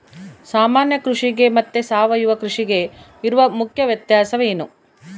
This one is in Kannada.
ಸಾಮಾನ್ಯ ಕೃಷಿಗೆ ಮತ್ತೆ ಸಾವಯವ ಕೃಷಿಗೆ ಇರುವ ಮುಖ್ಯ ವ್ಯತ್ಯಾಸ ಏನು?